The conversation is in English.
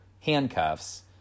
handcuffs